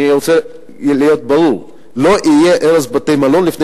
אני רוצה להיות ברור: לא יהיה הרס בתי-מלון לפני